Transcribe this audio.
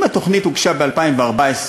אם התוכנית הוגשה ב-2014,